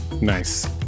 Nice